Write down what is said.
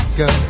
go